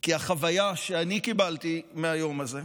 כי החוויה שאני קיבלתי מהיום הזה,